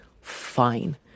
fine